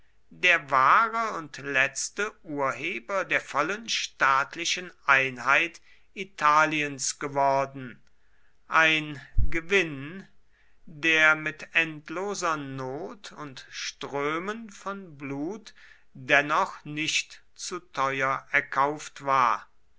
der wahre und letzte urheber der vollen staatlichen einheit italiens geworden ein gewinn der mit endloser not und strömen von blut dennoch nicht zu teuer erkauft war